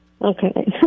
Okay